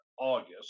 August